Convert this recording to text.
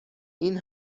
این